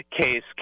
case